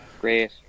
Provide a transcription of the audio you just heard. great